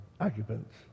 occupants